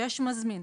כשיש מזמין,